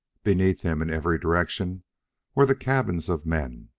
beneath him, in every direction were the cabins of men.